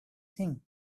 thing